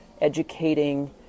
educating